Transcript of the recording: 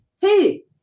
hey